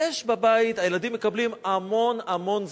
הילדים מקבלים המון המון זכויות,